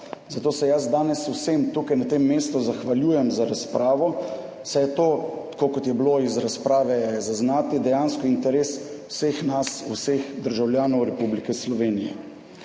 Zato se jaz danes vsem tukaj na tem mestu zahvaljujem za razpravo, saj je to, tako kot je bilo iz razprave zaznati, dejansko interes vseh nas, vseh državljanov Republike Slovenije.